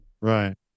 Right